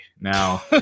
Now